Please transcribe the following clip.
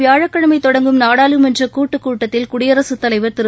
வியாழக்கிழமை தொடங்கும் நாடாளுமன்ற கூட்டுக் கூட்டத்தில் வரும் குடியரசுத்தலைவர் திரு